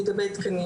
להגיד לגבי תקנים.